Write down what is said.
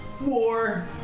War